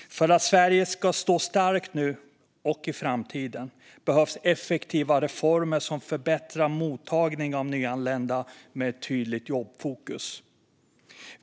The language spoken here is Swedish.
För att Sverige ska stå starkt nu och i framtiden behövs effektiva reformer med ett tydligt jobbfokus som förbättrar mottagningen av nyanlända.